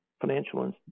financial